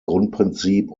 grundprinzip